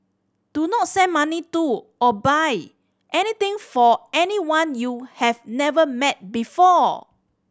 do not send money to or buy anything for anyone you have never met before